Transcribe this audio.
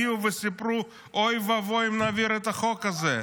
הגיעו וסיפרו: אוי ואבוי אם נעביר את החוק הזה.